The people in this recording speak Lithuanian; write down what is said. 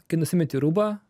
kai nusimeti rūbą